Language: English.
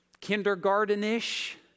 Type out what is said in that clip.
kindergarten-ish